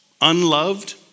unloved